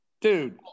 dude